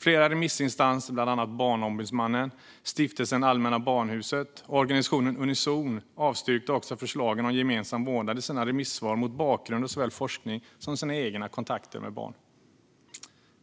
Flera remissinstanser, bland annat Barnombudsmannen, Stiftelsen Allmänna Barnhuset och organisationen Unizon avstyrkte också förslagen om gemensam vårdnad i sina remissvar mot bakgrund av såväl forskning som egna kontakter med barn.